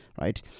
right